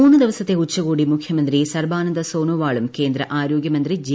മൂന്നു ദിവസത്തെ ഉച്ചകോടി മുഖ്യമന്ത്രി ഡ്സർബാനന്ദ സോനോവാളും കേന്ദ്ര ആരോഗ്യമന്ത്രി ജെ